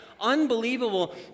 unbelievable